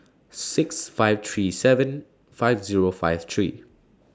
six five three seven five Zero five three